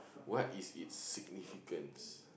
what is it's significance